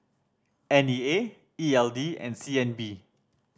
N E A E L D and C N B